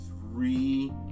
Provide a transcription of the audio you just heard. three